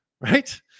right